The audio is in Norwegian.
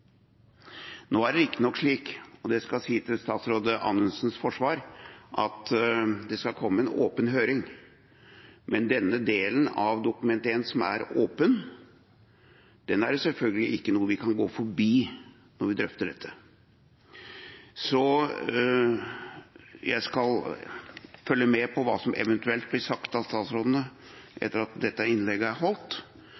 Nå er det riktignok slik, og det skal jeg si til statsråd Anundsens forsvar, at det skal komme en åpen høring. Men den delen av Dokument 1 som er åpen, er selvfølgelig ikke noe vi kan gå forbi når vi drøfter dette. Jeg skal følge med på hva som eventuelt blir sagt av statsrådene